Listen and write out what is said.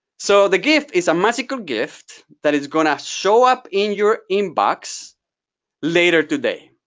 so the gift is a magical gift that is going to show up in your inbox later today.